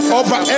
over